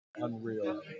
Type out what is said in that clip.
Unreal